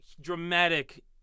dramatic